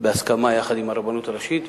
בהסכמה יחד עם הרבנות הראשית.